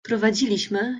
prowadziliśmy